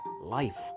life